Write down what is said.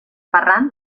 ferran